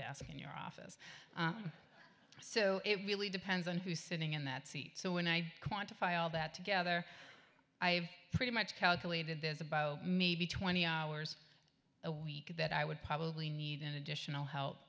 desk in your office so it really depends on who's sitting in that seat so when i quantify all that together i pretty much calculated there's about maybe twenty hours a week that i would probably need an additional help